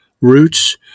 roots